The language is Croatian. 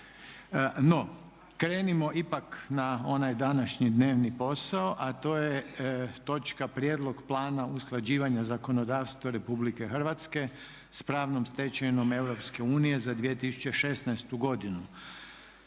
I napokon, ono što smo danas imali, Prijedlog plana usklađivanja zakonodavstva Republike Hrvatske s pravnom stečevinom Europske unije za 2016. godinu.